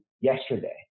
yesterday